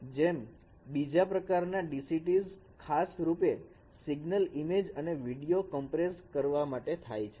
અને 2જા પ્રકારના DCTs ખાસ રૂપે સિગ્નલ ઈમેજ અને વિડિયો કમ્પ્રેશન કરવા માટે થાય છે